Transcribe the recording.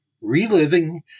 Reliving